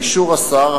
באישור השר,